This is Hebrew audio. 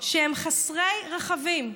שהם חסרי רכבים,